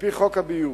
על-פי חוק הביוב,